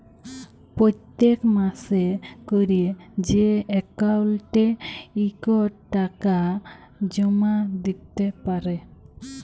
পত্তেক মাসে ক্যরে যে অক্কাউল্টে ইকট টাকা জমা দ্যিতে পারে